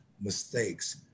mistakes